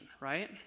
right